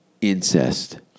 incest